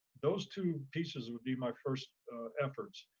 those two pieces would be my first efforts,